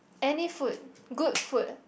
any food good food